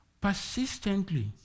persistently